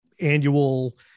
annual